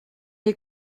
les